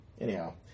Anyhow